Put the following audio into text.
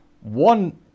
one